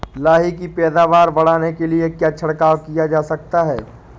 लाही की पैदावार बढ़ाने के लिए क्या छिड़काव किया जा सकता है?